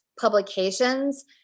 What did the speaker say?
publications